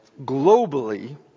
globally